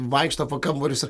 vaikšto po kambarius ir